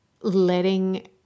Letting